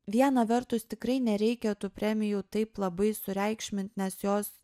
vieną vertus tikrai nereikia tų premijų taip labai sureikšmint nes jos